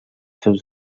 seus